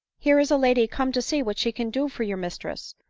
here is a lady come to see what she can do for your mistress,